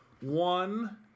One